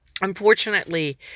Unfortunately